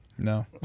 No